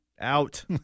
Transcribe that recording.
Out